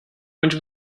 onde